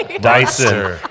Dyson